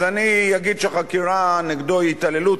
אז אני אגיד שהחקירה נגדו היא התעללות,